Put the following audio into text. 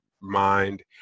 mind